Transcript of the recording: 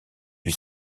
lui